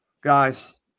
guys